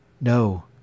No